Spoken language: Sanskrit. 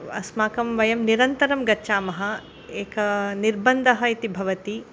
अस्माकं वयं निरन्तरं गच्छामः एकः निर्बन्धः इति भवति